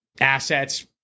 assets